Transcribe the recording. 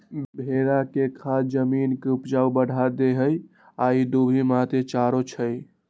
भेड़ा के खाद जमीन के ऊपजा बढ़ा देहइ आ इ दुभि मोथा चरै छइ